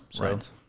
Right